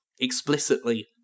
explicitly